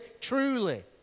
truly